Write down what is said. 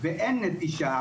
ושאין נטישה